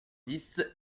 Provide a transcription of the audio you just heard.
dix